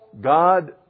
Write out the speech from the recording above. God